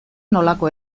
nolako